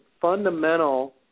fundamental